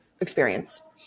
experience